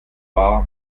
wahr